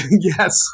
yes